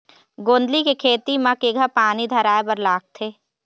गोंदली के खेती म केघा पानी धराए बर लागथे?